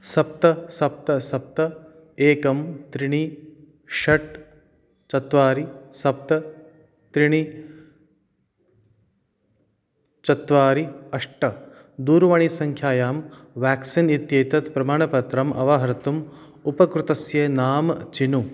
सप्त सप्त सप्त एकं त्रीणि षट् चत्वारि सप्त त्रीणि चत्वारि अष्ट दूरवाणीसङ्ख्यायां व्याक्सीन् इत्येतत् प्रमाणपत्रम् अवाहर्तुम् उपकृतस्य नामं चिनु